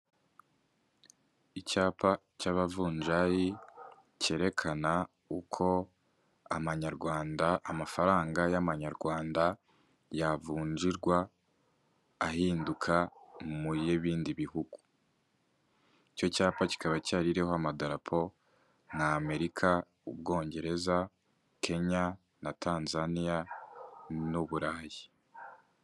Icyapa cy'abavunjayi cyerekana uko amanyarwanda, amafaranga y'amanyarwanda yavunjirwa, ahinduka mu y'ibindi bihugu. Icyo cyapa kikaba cyariho amadarpo nka Amerika, u Bwongereza, Kenya na Tanzaniya n'u Burayi.